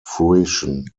fruition